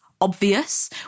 obvious